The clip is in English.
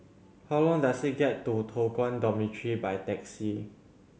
how long does it get to Toh Guan Dormitory by taxi